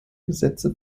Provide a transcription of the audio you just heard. gesetze